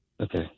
Okay